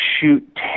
shoot